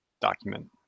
document